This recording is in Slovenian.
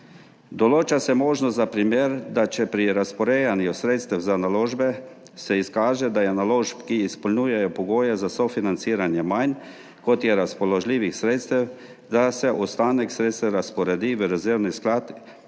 Določa se možnost za primer, da če se pri razporejanju sredstev za naložbe izkaže, da je naložb, ki izpolnjujejo pogoje za sofinanciranje manj, kot je razpoložljivih sredstev, da se ostanek sredstev razporedi v rezervni sklad